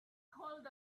hold